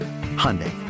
Hyundai